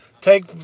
take